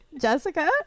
Jessica